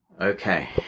Okay